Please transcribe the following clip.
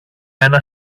ένα